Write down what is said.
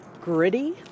gritty